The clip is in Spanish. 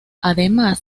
además